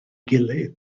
gilydd